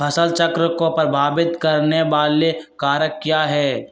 फसल चक्र को प्रभावित करने वाले कारक क्या है?